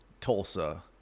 Tulsa